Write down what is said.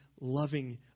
loving